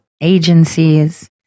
agencies